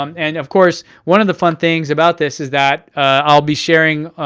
um and of course, one of the fun things about this is that i'll be sharing,